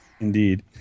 Indeed